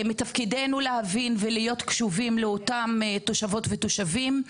מתפקידנו להבין ולהיות קשובים לאותם תושבות ותושבים,